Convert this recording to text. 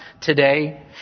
today